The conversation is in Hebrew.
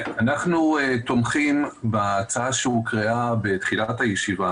אנחנו תומכים בהצעה שהוקראה בתחילת הישיבה,